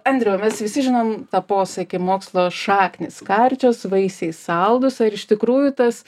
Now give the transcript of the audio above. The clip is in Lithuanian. andriau mes visi žinom tą posakį mokslo šaknys karčios vaisiai saldūs o ar iš tikrųjų tas